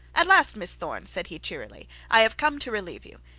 at last, miss thorne said he cheerily, i have come to relieve you.